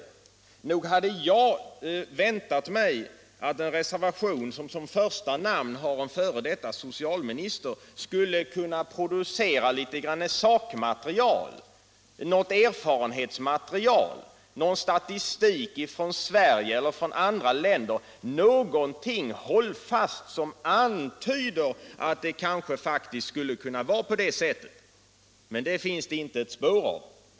Nog hade jag väntat mig att en reservation med en f. d. socialminister som första namn skulle kunna producera litet sakmaterial, något erfarenhetsmaterial, någon statistik ifrån Sverige eller andra länder, någonting hållfast som antyder att det faktiskt skulle kunna förhålla sig så. Men detta finns det inte ett spår av.